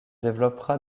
développera